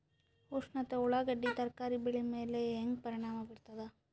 ಉಷ್ಣತೆ ಉಳ್ಳಾಗಡ್ಡಿ ತರಕಾರಿ ಬೆಳೆ ಮೇಲೆ ಹೇಂಗ ಪರಿಣಾಮ ಬೀರತದ?